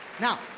Now